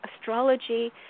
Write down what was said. astrology